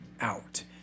out